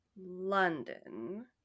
london